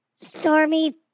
Stormy